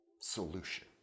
solution